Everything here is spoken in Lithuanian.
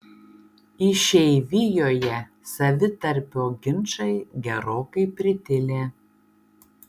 išeivijoje savitarpio ginčai gerokai pritilę